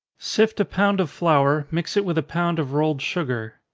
sift a pound of flour, mix it with a pound of rolled sugar.